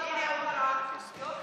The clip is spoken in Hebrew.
צריך 40. שיהיה כבר עד הסוף.